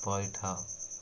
ପଇଠ